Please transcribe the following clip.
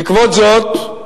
בעקבות זאת,